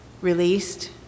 released